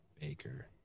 Baker